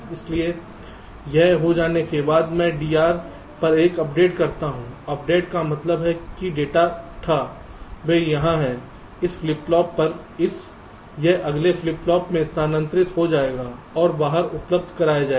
इसलिए यह हो जाने के बाद मैं DR पर एक अपडेट करता हूं अपडेट का मतलब है कि डेटा था वे यहां हैं इस फ्लिप फ्लॉप पर यह अगले फ्लिप फ्लॉप में स्थानांतरित हो जाएगा और बाहर उपलब्ध कराया जाएगा